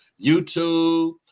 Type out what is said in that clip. YouTube